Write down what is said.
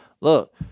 Look